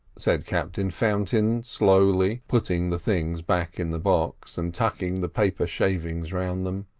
said captain fountain, slowly putting the things back in the box and tucking the paper shavings round them,